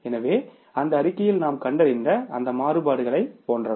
எனவே அந்த அறிக்கையில் நாம் கண்டறிந்த அந்த மாறுபாடுகளை போன்றவை